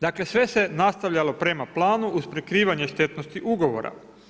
Dakle, sve se nastavljalo prema planu uz prekrivanje štetnosti ugovora.